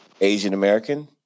Asian-American